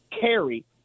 CARRY